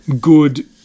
good